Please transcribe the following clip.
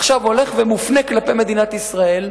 עכשיו הולך ומופנה כלפי מדינת ישראל,